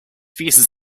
visas